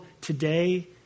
today